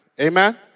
amen